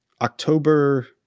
October